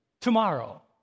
Tomorrow